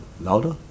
Louder